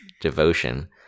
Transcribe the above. devotion